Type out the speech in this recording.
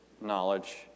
knowledge